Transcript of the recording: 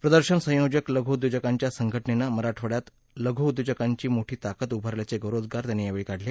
प्रदर्शन संयोजक लघू उद्योजकांच्या संघटनेनं मराठवाङ्यात लघू उद्योजकांची मोठी ताकद उभारल्याचे गौरवोद्गार त्यांनी यावेळी काढले